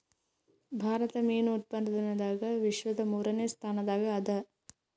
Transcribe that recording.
ಭಾರತ ಮೀನು ಉತ್ಪಾದನದಾಗ ವಿಶ್ವದ ಮೂರನೇ ಸ್ಥಾನದಾಗ ಅದ